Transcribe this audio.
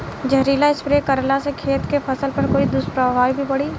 जहरीला स्प्रे करला से खेत के फसल पर कोई दुष्प्रभाव भी पड़ी?